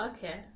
Okay